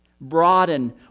Broaden